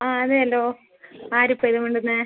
ആ അതേ അല്ലോ ആര്പ്പ ഇത് മിണ്ടുന്നത്